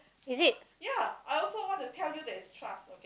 is it